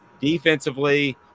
defensively